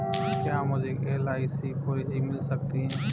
क्या मुझे LIC policy मिल सकती है?